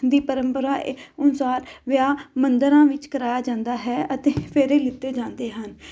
ਦੀ ਪ੍ਰਪਰਾ ਅਨੁਸਾਰ ਵਿਆਹ ਮੰਦਰਾਂ ਵਿੱਚ ਕਰਾਇਆ ਜਾਂਦਾ ਹੈ ਅਤੇ ਫੇਰੇ ਲਿੱਤੇ ਜਾਂਦੇ ਹਨ